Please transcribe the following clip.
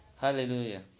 Hallelujah